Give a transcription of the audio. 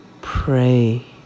pray